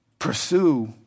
Pursue